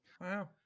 Wow